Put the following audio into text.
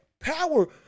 power